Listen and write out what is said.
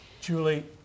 Julie